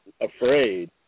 afraid